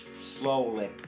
slowly